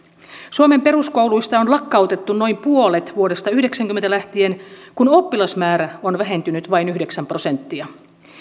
suomen peruskouluista on lakkautettu noin puolet vuodesta yhdeksänkymmentä lähtien kun oppilasmäärä on vähentynyt vain yhdeksän prosenttia